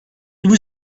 there